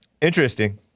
Interesting